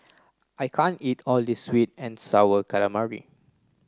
I can't eat all this sweet and sour calamari